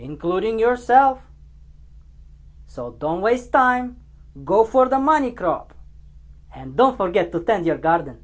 including yourself so don't waste time go for the money crop and don't forget to stand your g